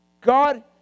God